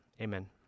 Amen